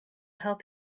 help